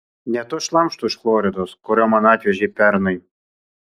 ne to šlamšto iš floridos kurio man atvežei pernai